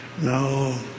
No